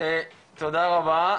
תודה רבה.